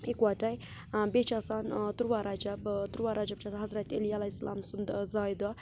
یِکوَٹَے بیٚیہِ چھِ آسان تُرٛواہ رَجب تُرٛواہ رَجب چھُ آسان حضرت علی علیہِ سلام سُنٛد زایہِ دۄہ